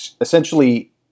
essentially